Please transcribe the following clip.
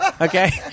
Okay